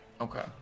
Okay